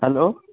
hello